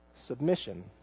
submission